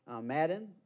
Madden